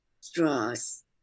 straws